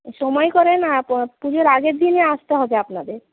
সময় করে না তো পুজোর আগের দিনে আসতে হবে আপনাদের